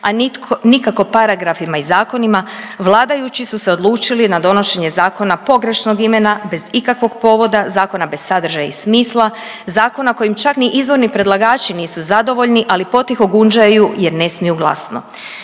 a nikako paragrafima i zakonima vladajući su se odlučili na donošene zakona pogrešnog imena bez ikakvog povoda, zakona bez sadržaja i smisla, zakona kojim čak ni izvorni predlagači nisu zadovoljni, ali potiho gunđaju jer ne smiju glasno.